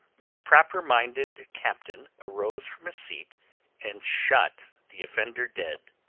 this proper-minded captain arose from his seat and shot the offender dead.